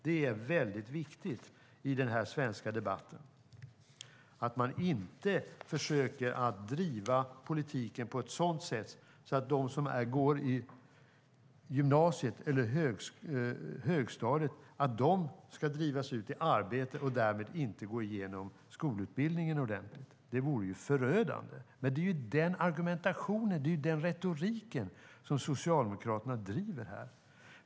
Det är viktigt i den svenska debatten att inte försöka driva politiken på ett sådant sätt att de som går i högstadiet eller gymnasiet drivs ut i arbete och därmed inte genomför sin skolgång ordentligt. Det vore förödande. Det är dock den argumentationen, den retoriken, som Socialdemokraterna här driver.